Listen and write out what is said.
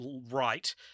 right